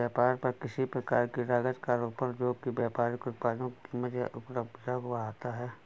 व्यापार पर किसी प्रकार की लागत का आरोपण जो कि व्यापारिक उत्पादों की कीमत या उपलब्धता को बढ़ाता है